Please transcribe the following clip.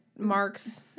marks